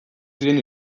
zien